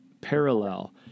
parallel